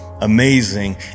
amazing